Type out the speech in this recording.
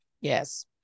Yes